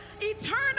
eternal